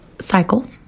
Cycle